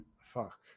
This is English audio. Fuck